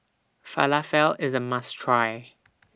Falafel IS A must Try